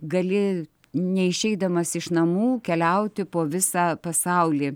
gali neišeidamas iš namų keliauti po visą pasaulį